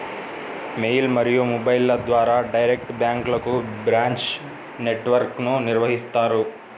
mail మరియు మొబైల్ల ద్వారా డైరెక్ట్ బ్యాంక్లకు బ్రాంచ్ నెట్ వర్క్ను నిర్వహిత్తారు